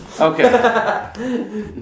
Okay